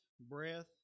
breath